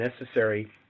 necessary